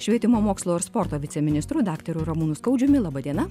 švietimo mokslo ir sporto viceministru daktaru ramūnu skaudžiumi laba diena